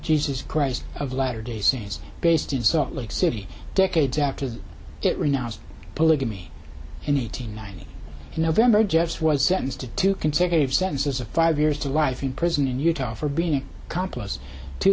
jesus christ of latter day saints based in salt lake city decades after it renounced polygamy and eighty nine november jeffs was sentenced to two consecutive sentences of five years to life in prison in utah for being complex to